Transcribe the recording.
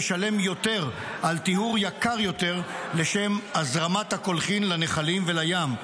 לשלם יותר על טיהור יקר יותר לשם הזרמת הקולחין לנחלים ולים.